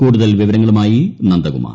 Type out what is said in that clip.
കൂടുതൽ വിവരങ്ങളുമായി ്നന്ദകുമാർ